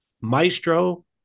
Maestro